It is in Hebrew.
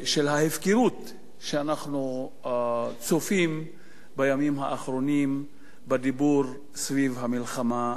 ההפקרות שאנחנו צופים בימים האחרונים בדיבור סביב המלחמה באירן,